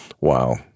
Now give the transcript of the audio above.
Wow